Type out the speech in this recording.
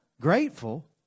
Grateful